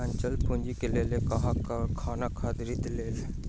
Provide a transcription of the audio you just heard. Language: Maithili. अचल पूंजी के लेल अहाँ कारखाना खरीद लिअ